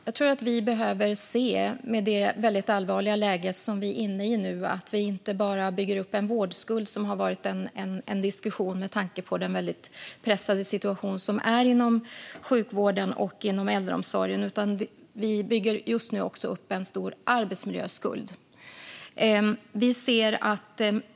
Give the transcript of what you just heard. Fru talman! I det allvarliga läge som vi är inne i nu bygger vi inte bara upp en vårdskuld, som det har varit en diskussion om med tanke på den väldigt pressade situationen inom sjukvården och äldreomsorgen, utan vi bygger just nu också upp en stor arbetsmiljöskuld.